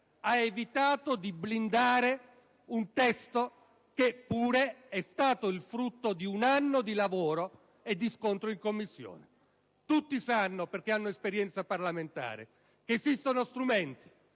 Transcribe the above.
evitando di blindare un provvedimento che pure è stato il frutto di un anno di lavoro e di scontro in Commissione. Tutti sanno, perché hanno esperienza parlamentare, che esistono strumenti